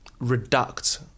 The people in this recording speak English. reduct